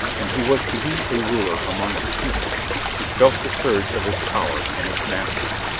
and he was to be a ruler among his people he felt the surge of his power and its mastery.